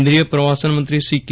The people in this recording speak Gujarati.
કેન્દ્રીય પ્રવાસન મંત્રી શ્રી કે